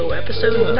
episode